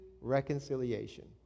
reconciliation